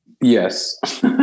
Yes